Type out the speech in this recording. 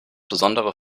besondere